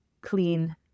clean